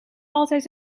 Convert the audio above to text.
altijd